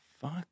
fuck